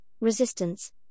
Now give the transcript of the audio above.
resistance